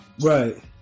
Right